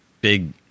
big